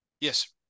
Yes